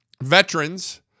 Veterans